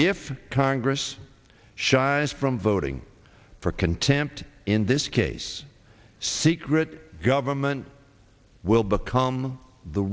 if congress shies from voting for contempt in this case secret government will become the